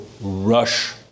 rush